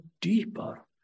deeper